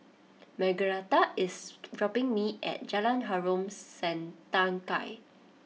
Margaretha is dropping me at Jalan Harom Setangkai